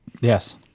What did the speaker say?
Yes